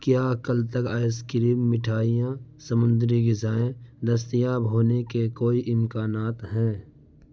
کیا کل تک آئس کریم مٹھائیاں سمندری غذائیں دستیاب ہونے کے کوئی امکانات ہیں